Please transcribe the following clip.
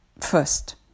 First